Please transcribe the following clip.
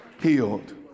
Healed